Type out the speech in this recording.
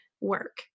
work